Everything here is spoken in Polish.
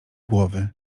głowy